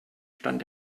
stand